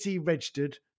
registered